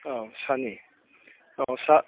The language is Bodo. औ साहनि औ साह